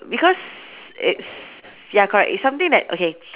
because it's ya correct it's something that okay